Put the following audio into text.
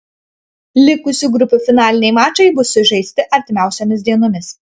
likusių grupių finaliniai mačai bus sužaisti artimiausiomis dienomis